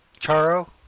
Charo